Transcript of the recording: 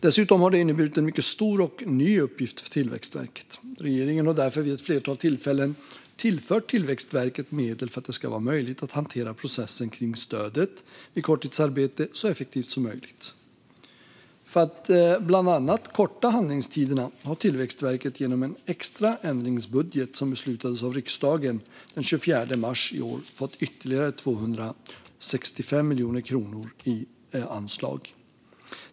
Dessutom har det inneburit en mycket stor och ny uppgift för Tillväxtverket. Regeringen har därför vid ett flertal tillfällen tillfört Tillväxtverket medel för att det ska vara möjligt att hantera processerna kring stödet vid korttidsarbete så effektivt som möjligt. För att bland annat korta handläggningstiderna har Tillväxtverket genom en extra ändringsbudget, som beslutades av riksdagen den 24 mars i år, fått ytterligare 265 miljoner kronor i anslag.